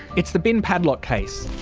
it's the bin padlock case.